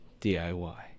DIY